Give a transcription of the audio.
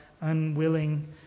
unwilling